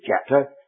chapter